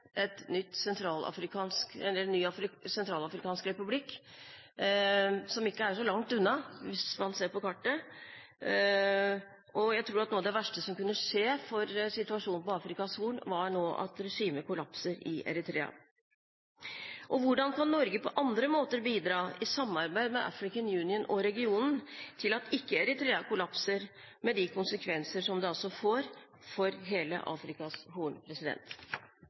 er så langt unna, hvis man ser på kartet. Jeg tror at noe av det verste som kan skje nå med tanke på situasjonen på Afrikas Horn, er at regimet kollapser i Eritrea. Hvordan kan Norge på andre måter bidra, i samarbeid med African Union og regionen, til at ikke Eritrea kollapser, med de konsekvenser som det altså får for hele Afrikas Horn?